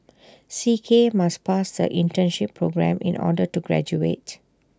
C K must pass the internship programme in order to graduate